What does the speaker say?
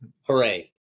Hooray